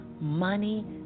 money